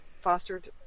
fostered